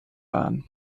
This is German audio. waren